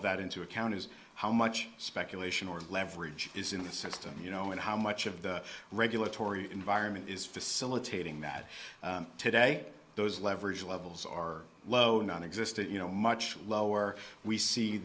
of that into account is how much speculation or leverage is in the system you know and how much of the regulatory environment is facilitating that today those leverage levels are low nonexistent you know much lower we see